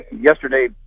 yesterday